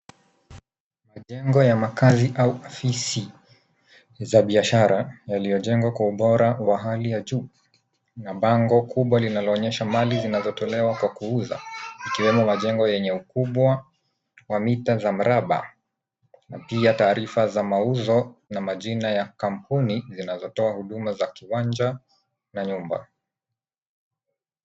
Majengo ya makazi au afisi za biashara yaliyojengwa kwa ubora wa hali ya juu, na bango kubwa linaloonyesha mali zinazotolewa kwa kuuza, ikiwemo majengo yenye ukubwa wa mita za mraba, na pia taarifa za mauzo na majina ya kampuni zinazotoa huduma za kiwanja, na nyumba.